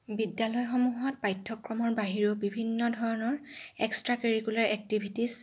বিদ্যালয়সমূহত পাঠ্যক্ৰমৰ বাহিৰেও বিভিন্ন ধৰণৰ এক্সট্ৰা কাৰিকুলাৰ এক্টিভিটিছ